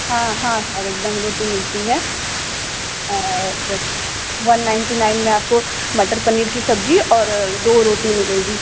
हाँ हाँ सर एकदम रोटी मिलती है वेज वन नाइंटी नाइन में आपको मटर पनीर की सब्जी और दो रोटी मिलेगी